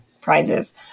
prizes